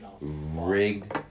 rigged